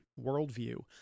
worldview